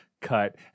cut